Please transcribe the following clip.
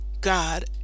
God